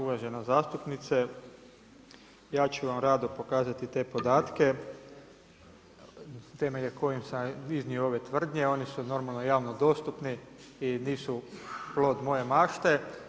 Uvažena zastupnice, ja ću vam rado pokazati te podatke temeljem kojih sam iznio ove tvrdnje, oni su normalno javno dostupni i nisu plod moje mašte.